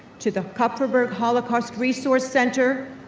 to the kupferberg holocaust resource center,